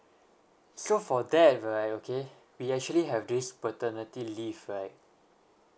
so for that right okay we actually have this paternity leave right